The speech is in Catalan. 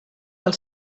del